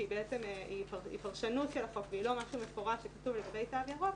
שהיא בעצם פרשנות של החוק והיא לא משהו מפורש שכתוב לגבי תו ירוק,